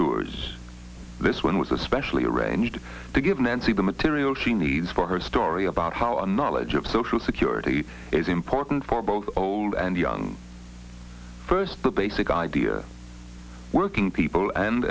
tours this one was especially arranged to give nancy the material she needs for her story about how our knowledge of social security is important for both old and young first the basic idea working people and